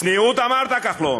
צניעות אמרת, כחלון?